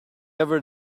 ever